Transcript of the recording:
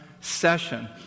session